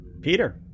peter